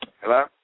Hello